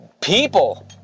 people